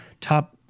top